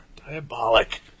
Diabolic